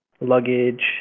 luggage